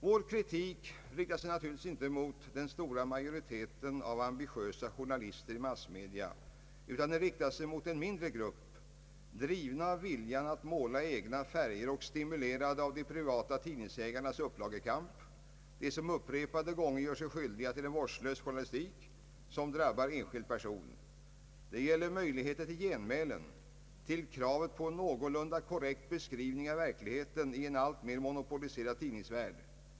Vår kritik riktar sig naturligtvis inte mot majoriteten av ambitiösa journalister i massmedia, utan den riktar sig mot en mindre grupp, driven av viljan att måla i egna färger och stimulerad av de privata tidningsägarnas upplagekamp. Det är den gruppen som upprepade gånger gör sig skyldig till en vårdslös journalistik som drabbar enskild person. Det gäller möjlighet till genmälen, till kravet på en någorlunda korrekt beskrivning av verkligheten i en alltmer monopoliserad tidningsvärld.